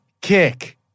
kick